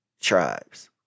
tribes